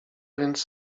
więc